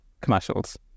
commercials